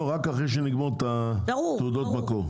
לא, רק אחרי שנגמור את תעודות המקור.